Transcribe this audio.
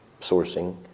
sourcing